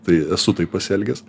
tai esu taip pasielgęs